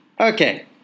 Okay